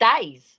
days